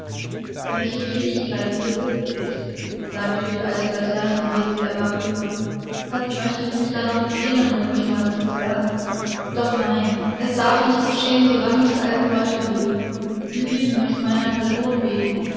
welche fähigkeiten besitze ich sagte die alte laterne indem sie erwachte fast möchte ich mich darnach sehnen umgeschmolzen zu werden doch nein das darf nicht geschehen solange die alten leute leben sie lieben mich meiner person wegen